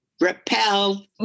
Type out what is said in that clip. Repel